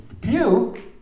pew